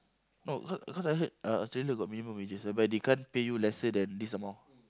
no cause cause I heard uh Australia got minimum wages whereby they can't pay you lesser than this amount